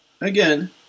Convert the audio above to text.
again